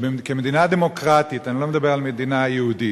שכמדינה דמוקרטית, אני לא מדבר על מדינה יהודית,